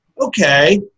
Okay